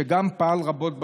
שגם פעל רבות בנושא.